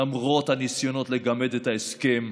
למרות הניסיונות לגמד את ההסכם,